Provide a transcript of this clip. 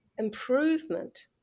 improvement